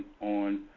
on